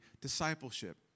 discipleship